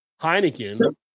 Heineken